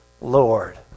Lord